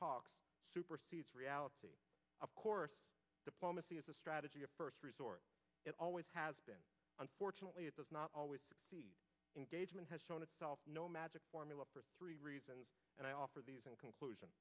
talk supersedes reality of course diplomacy is a strategy a first resort it always has been unfortunately it does not always engagement has shown itself no magic formula for three reasons and i offer these in conclusion